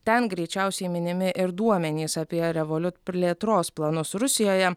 ten greičiausiai minimi ir duomenys apie revoliut plėtros planus rusijoje